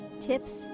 tips